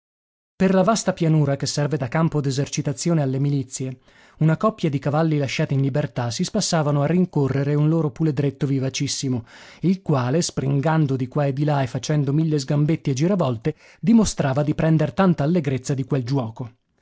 per la vasta pianura che serve da campo d'esercitazione alle milizie una coppia di cavalli lasciati in libertà si spassavano a rincorrere un loro puledretto vivacissimo il quale springando di qua e di là e facendo mille sgambetti e giravolte dimostrava di prender tanta allegrezza di quel giuoco